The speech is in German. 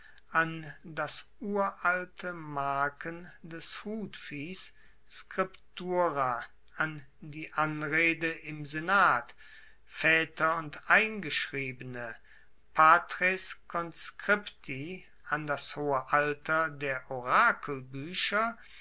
an das uralte marken des hutviehs scriptura an die anrede im senat vaeter und eingeschriebene patres conscripti an das hohe alter der